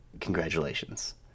Congratulations